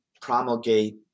promulgate